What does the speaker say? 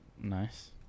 Nice